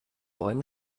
bäumen